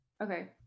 Okay